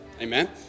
amen